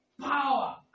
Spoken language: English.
Power